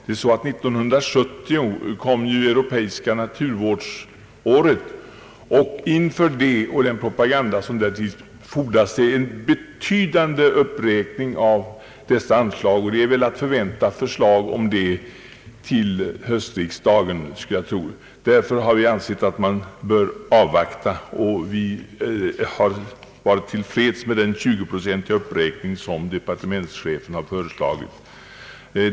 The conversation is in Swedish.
1970 blir det europeiska naturvårdsåret och inför detta och den propaganda som då fordras behövs en betydande uppräkning av dessa anslag. Ett förslag därom är att förvänta till höstriksdagen, skulle jag tro. Därför har vi ansett att man bör avvakta och vi har varit till freds med den 20-procentiga uppräkning som departementschefen föreslagit.